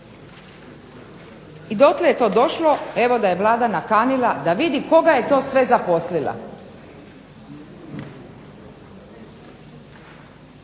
I dotle je to došlo evo da je Vlada nakanila da vidi koga je to sve zaposlila.